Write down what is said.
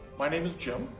my name is jim.